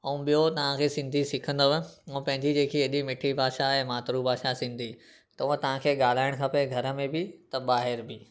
ऐं ॿियो तव्हां खे सिंधी सिखंदव हूअ पंहिंजी जेकी एॾी मिठी भाषा आहे मातृ भाषा सिंधी त उहा तव्हां खे ॻाल्हाइणु खपे घर में बि त ॿाहिरि बि